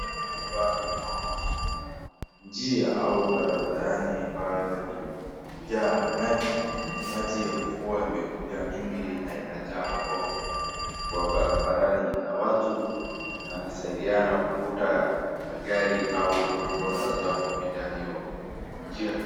Hapa naona njia au barabarani ambayo imejaa maji. Maji ya mvua imekuja mingi na ikajaa hapo kwa barabarani na watu wanasaidiana kuvuta magari au bodaboda zao kupita hiyo njia.